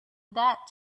that